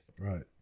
Right